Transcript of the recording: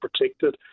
protected